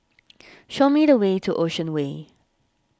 show me the way to Ocean Way